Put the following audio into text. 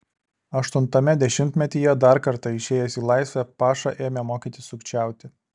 aštuntame dešimtmetyje dar kartą išėjęs į laisvę paša ėmė mokytis sukčiauti